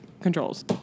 controls